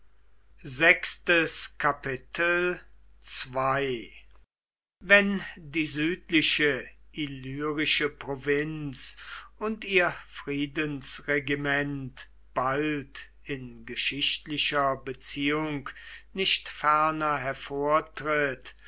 wenn die südliche illyrische provinz und ihr friedensregiment bald in geschichtlicher beziehung nicht ferner hervortritt